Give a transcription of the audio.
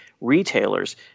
retailers